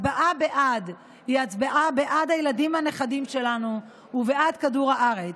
הצבעה בעד היא הצבעה בעד הילדים והנכדים שלנו ובעד כדור הארץ,